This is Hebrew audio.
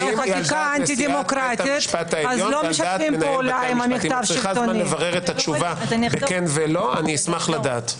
אם את צריכה זמן לברר את התשובה בכן ולא אשמח לתת.